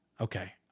Okay